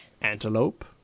antelope